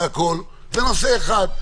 זה נושא אחד.